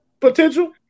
potential